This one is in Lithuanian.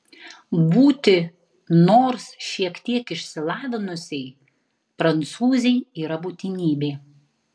būti nors šiek tiek išsilavinusiai prancūzei yra būtinybė